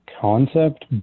concept